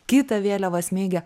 kitą vėliavą smeigia